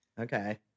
okay